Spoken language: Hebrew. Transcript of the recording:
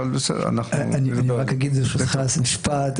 אני אגיד ברשותך משפט.